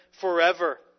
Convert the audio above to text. forever